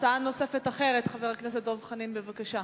הצעה נוספת אחרת, חבר הכנסת דב חנין, בבקשה.